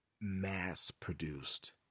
mass-produced